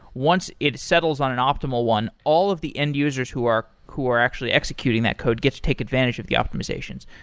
once it settles on an optimal one, all of the end users who are who are actually executing that code gets to take advantage of the optimizations.